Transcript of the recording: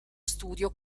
studio